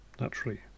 Naturally